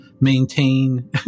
maintain